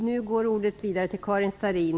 Nu går ordet vidare till Karin Starrin.